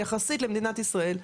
שיחסית למדינת ישראל,